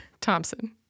Thompson